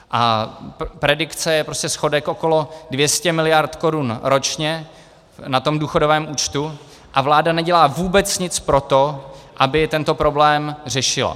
A predikce je prostě schodek okolo 200 mld. korun ročně na důchodovém účtu a vláda nedělá vůbec nic pro to, aby tento problém řešila.